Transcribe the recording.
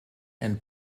and